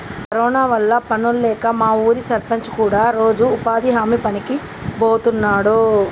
corona వల్ల పనుల్లేక మా ఊరి సర్పంచ్ కూడా రోజూ ఉపాధి హామీ పనికి బోతన్నాడు